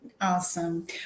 Awesome